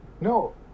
No